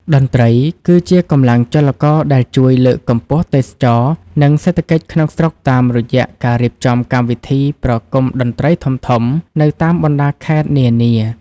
តន្ត្រីគឺជាកម្លាំងចលករដែលជួយលើកកម្ពស់ទេសចរណ៍ និងសេដ្ឋកិច្ចក្នុងស្រុកតាមរយៈការរៀបចំកម្មវិធីប្រគំតន្ត្រីធំៗនៅតាមបណ្តាខេត្តនានា។